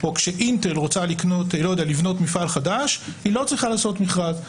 או כשאינטל רוצה לבנות מפעל חדש היא לא צריכה לעשות מכרז.